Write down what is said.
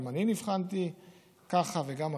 גם אני נבחנתי ככה וגם אחרים.